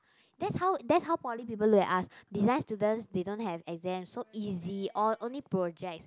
that's how that's how poly people look at us design students they don't have exams so easy oh only projects